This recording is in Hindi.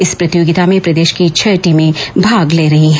इस प्रतियोगिता में प्रदेश की छः टीमें भाग ले रही हैं